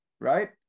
right